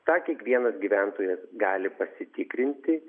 tą kiekvienas gyventojas gali pasitikrinti